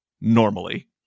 normally